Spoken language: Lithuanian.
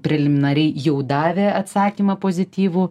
preliminariai jau davė atsakymą pozityvų